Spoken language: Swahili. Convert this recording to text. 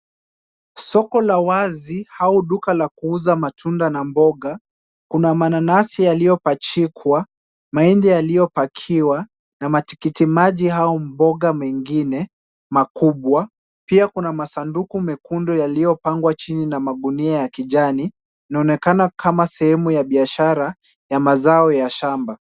Soko la wazi au duka la kuuza matunda na mboga. Kuna mananasi yaliyopachikwa, mahindi yaliyopakiwa, na matikiti maji au mboga mengine makubwa. Pia kuna masanduku mekundu yaliyopangwa chini na magunia ya kijani. Inaonekana kama sehemu ya biashara ya mazao ya shamba.